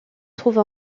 trouve